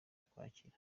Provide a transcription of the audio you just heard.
ukwakira